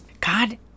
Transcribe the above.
God